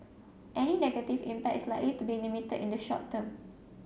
any negative impact is likely to be limited in the short term